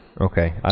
Okay